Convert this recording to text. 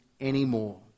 anymore